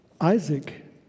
Isaac